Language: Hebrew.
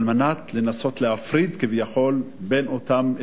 על מנת לנסות ולהפריד כביכול בין אותם ארגונים.